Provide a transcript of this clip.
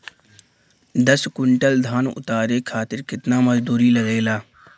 दस क्विंटल धान उतारे खातिर कितना मजदूरी लगे ला?